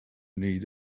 need